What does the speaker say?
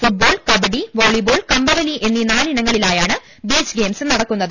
football kabaddi volleyball കമ്പവലി എന്നീ നാലിനങ്ങളിലായാണ് ബീച്ച് ഗെയിംസ് നടത്തുന്നത്